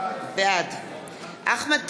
בעד אחמד טיבי,